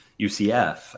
UCF